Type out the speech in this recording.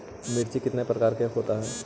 मिर्ची कितने प्रकार का होता है?